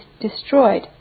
destroyed